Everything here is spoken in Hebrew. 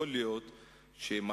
יכול להיות שמחר,